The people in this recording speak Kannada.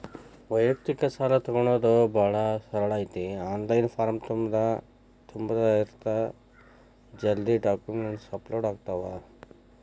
ವ್ಯಯಕ್ತಿಕ ಸಾಲಾ ತೊಗೋಣೊದ ಭಾಳ ಸರಳ ಐತಿ ಆನ್ಲೈನ್ ಫಾರಂ ತುಂಬುದ ಇರತ್ತ ಜಲ್ದಿ ಡಾಕ್ಯುಮೆಂಟ್ಸ್ ಅಪ್ಲೋಡ್ ಆಗ್ತಾವ